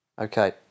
Okay